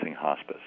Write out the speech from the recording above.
hospice